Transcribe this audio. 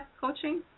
coaching